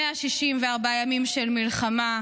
164 ימים של מלחמה,